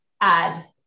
add